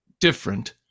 different